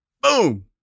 Boom